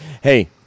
hey